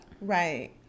right